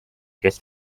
kes